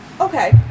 Okay